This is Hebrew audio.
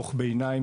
דו"ח ביניים,